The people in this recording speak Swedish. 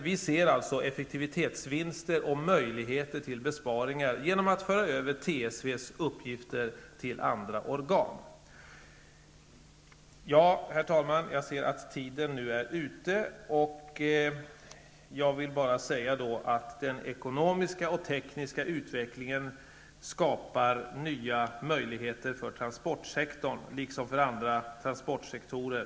Vi ser alltså att effektivitetsvinster och besparingar kan uppnås genom att man för över TSVs uppgifter till andra organ. Den ekonomiska och tekniska utvecklingen skapar nya möjligheter för transportsektorn, liksom för andra samhällssektorer.